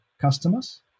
customers